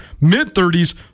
Mid-30s